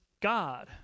God